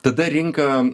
tada rinka